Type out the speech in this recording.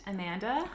Amanda